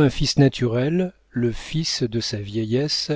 un fils naturel le fils de sa vieillesse